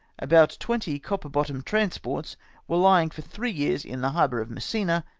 about twenty copper-bottomed trans ports were lying for three years in the harbour of messina,